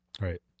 right